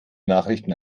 nachrichten